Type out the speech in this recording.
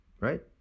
Right